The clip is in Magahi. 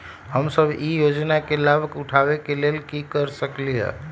हम सब ई योजना के लाभ उठावे के लेल की कर सकलि ह?